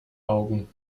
augen